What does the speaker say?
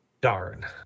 Darn